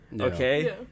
okay